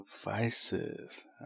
devices